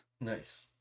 Nice